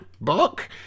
book